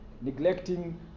neglecting